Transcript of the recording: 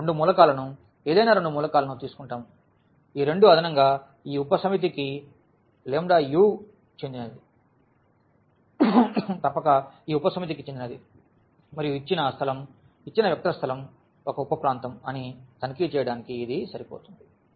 మేము రెండు మూలకాలను ఏదైనా రెండు మూలకాలను తీసుకుంటాము ఈ రెండు అదనంగా ఈ ఉప సమితి కి u చెందినది మరియు తప్పక ఈ ఉపసమితికి చెందినది మరియు ఇచ్చిన స్థలం ఇచ్చిన వెక్టర్ స్థలం ఒక ఉప ప్రాంతం అని తనిఖీ చేయడానికి ఇది సరిపోతుంది